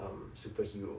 um superhero